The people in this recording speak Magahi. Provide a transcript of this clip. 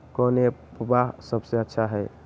कौन एप्पबा सबसे अच्छा हय?